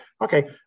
Okay